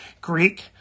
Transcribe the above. Greek